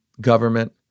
government